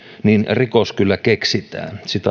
niin rikos kyllä keksitään